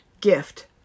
gift